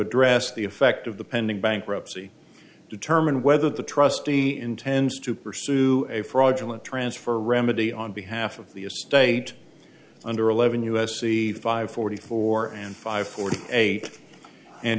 address the effect of the pending bankruptcy determine whether the trustee intends to pursue a fraudulent transfer remedy on behalf of the estate under eleven u s c five forty four and five forty eight and